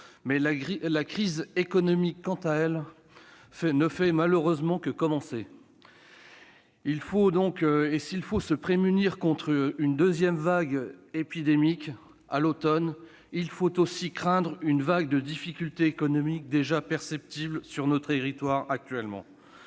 la crise économique, quant à elle, ne fait malheureusement que commencer. S'il faut se prémunir contre une deuxième vague épidémique à l'automne, il faut aussi craindre une vague de difficultés économiques, déjà perceptible sur nos territoires. C'est